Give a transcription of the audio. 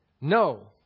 no